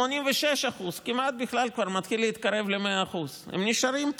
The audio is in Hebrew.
86%. זה מתחיל להתקרב ל-100%, הם נשארים פה.